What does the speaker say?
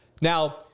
Now